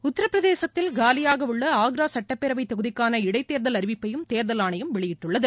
உத்தரப்பிரதேசத்தில் காலியாக உள்ள ஆக்ரா சுட்டப்பேரவைத் தொகுதிக்கான இடைத் தேர்தல் அறிவிப்பையும் தேர்தல் ஆணையம் வெளியிட்டுள்ளது